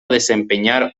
desempeñar